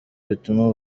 bituma